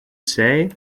say